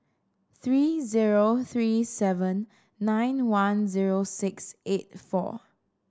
three zero three seven nine one zero six eight four